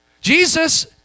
Jesus